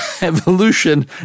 evolution